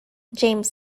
james